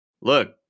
look